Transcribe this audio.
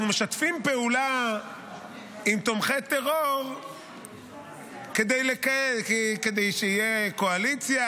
אנחנו משתפים פעולה עם תומכי טרור כדי שתהיה קואליציה,